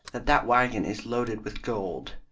that that waggon is loaded with gold.